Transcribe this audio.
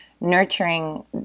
nurturing